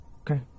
Okay